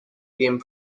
came